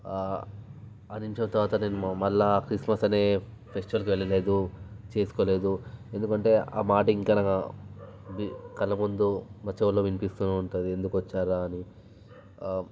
ఐదు నిమిషాల తర్వాత నేను మళ్ళీ ఆఫీస్లో అసలు యే ఫెస్టివల్కి వెళ్ళలేదు చేసుకోలేదు ఎందుకంటే ఆ మాట ఇంకా నా కళ్ళముందు నా చెవిలో వినిపిస్తూనే ఉంటుంది ఎందుకు వచ్చార్రా అని